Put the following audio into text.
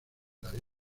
tarea